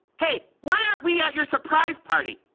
hey, why aren't we at your surprise party?